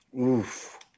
Oof